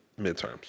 midterms